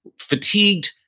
fatigued